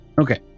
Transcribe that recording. Okay